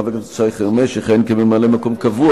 חבר הכנסת שי חרמש יכהן כממלא-מקום קבוע